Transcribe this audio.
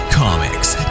comics